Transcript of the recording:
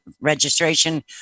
registration